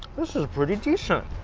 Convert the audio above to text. this is pretty decent